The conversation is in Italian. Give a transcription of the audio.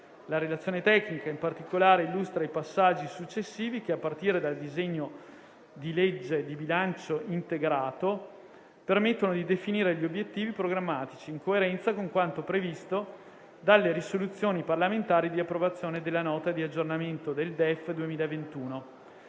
La relazione tecnica, in particolare, illustra i passaggi successivi che, a partire dal disegno di legge di bilancio integrato, permettono di definire gli obiettivi programmatici in coerenza con quanto previsto dalle risoluzioni parlamentari di approvazione della Nota di aggiornamento del DEF 2021.